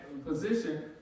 Position